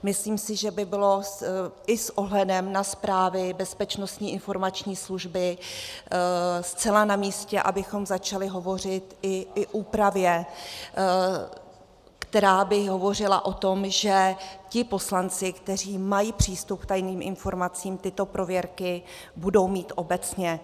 Myslím si, že by bylo i s ohledem na zprávy Bezpečnostní informační služby zcela namístě, abychom začali hovořit i o úpravě, která by hovořila o tom, že ti poslanci, kteří mají přístup k tajným informacím, tyto prověrky budou mít obecně.